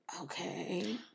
okay